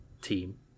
team